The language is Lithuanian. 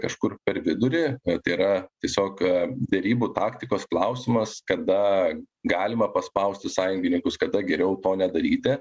kažkur per vidurį kad yra tiesiog derybų taktikos klausimas kada galima paspausti sąjungininkus kada geriau to nedaryti